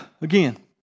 again